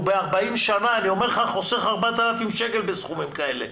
ב-40 שנה הוא חוסך 4,000 שקל בסכומים כאלה,